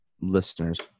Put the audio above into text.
listeners